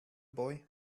boy